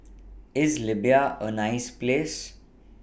IS Libya A nice Place